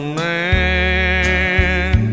man